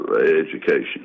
education